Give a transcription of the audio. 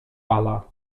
ala